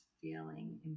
feeling